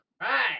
Right